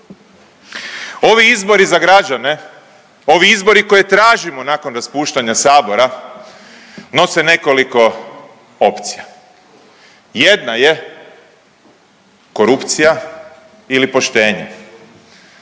Ovi izbori za građane, ovi izbori koje tražimo nakon raspuštanja Sabora nose nekoliko opcija. Jedna je korupcija ili poštenje,